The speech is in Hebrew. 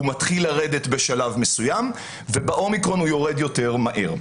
הוא מתחיל לרדת בשלב מסוים וב-אומיקרון הוא יורד יותר מהר.